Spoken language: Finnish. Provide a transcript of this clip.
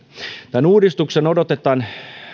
tämän uudistuksen odotetaan